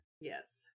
Yes